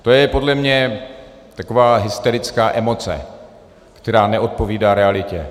To je podle mě taková hysterická emoce, která neodpovídá realitě.